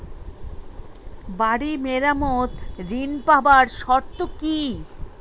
বাড়ি মেরামত ঋন পাবার শর্ত কি?